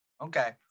Okay